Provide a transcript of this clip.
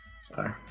Sorry